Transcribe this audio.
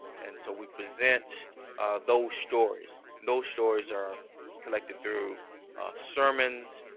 and so we present those stories. those stories are collected through sermons,